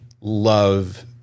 love